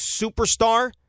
superstar